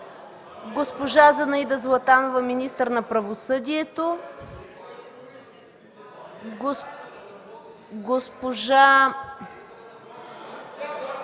госпожа Зинаида Златанова – министър на правосъдието, госпожа